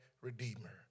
redeemer